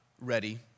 ready